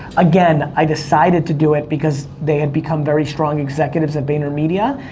again, i decided to do it because they had become very strong executives at vaynermedia,